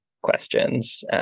questions